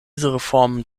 reformen